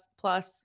plus